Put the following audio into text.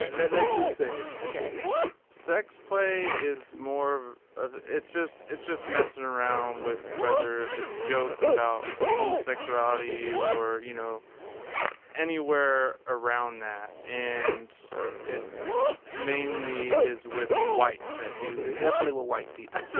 let, let drew say it ok sex play is more of, it's just, it's just messin' around with, whether if it's jokes about homosexuality or you know anywhere around that and it mainly is with whites that do this definitely with white people.